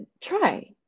try